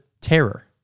terror